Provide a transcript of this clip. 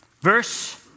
verse